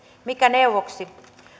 mikä neuvoksi